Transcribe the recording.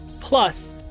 plus